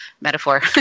metaphor